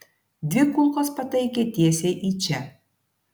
dvi kulkos pataikė tiesiai į čia